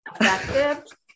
effective